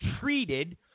treated